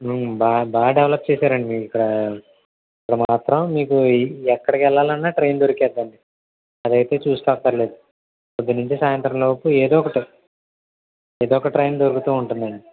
బాగా బాగా డెవలప్ చేసారండి ఇక్కడ ఇక్కడ మాత్రం మీకు ఈ ఎక్కడికి వెళ్ళాలన్నా ట్రైన్ దొరికేస్తదండి అది అయితే చూసుకో అక్కర్లేదు పొద్దున నుంచి సాయంత్రంలోపు ఏదో ఒకటి ఏదో ఒక ట్రైన్ దొరుకుతూ ఉంటుందండి